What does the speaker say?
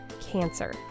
cancer